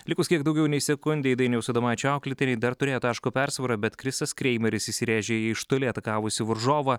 likus kiek daugiau nei sekundei dainiaus adomaičio auklėtiniai dar turėjo taško persvarą bet kristas kreimeris įsirėžė į iš toli atakavusį varžovą